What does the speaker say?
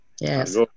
Yes